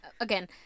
again